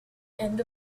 end